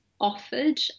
offered